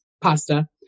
pasta